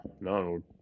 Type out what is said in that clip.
no